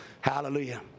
Hallelujah